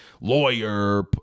lawyer